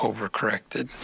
Overcorrected